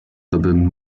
tobym